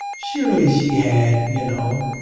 surely she had, you know,